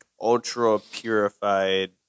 ultra-purified